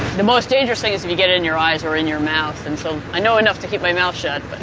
the most dangerous thing is if you get it in your eyes or in your mouth. and so i know enough to keep my mouth shut but.